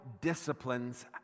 disciplines